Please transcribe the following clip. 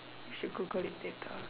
you should Google it later